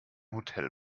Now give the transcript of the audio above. hotel